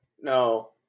no